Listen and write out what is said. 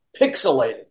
Pixelated